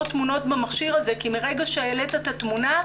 תמונות במכשיר הזה כי מרגע שהעלית את התמונה,